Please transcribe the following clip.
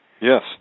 Yes